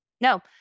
no